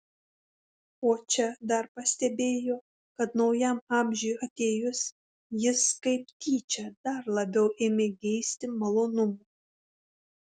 o čia dar pastebėjo kad naujam amžiui atėjus jis kaip tyčia dar labiau ėmė geisti malonumų